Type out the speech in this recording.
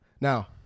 Now